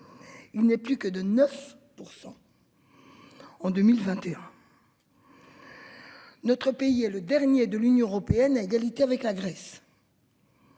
Il n'est plus que de 9%. En 2021. Notre pays est le dernier de l'Union européenne à égalité avec la Grèce.